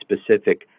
specific